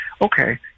Okay